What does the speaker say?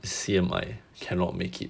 C_M_I cannot make it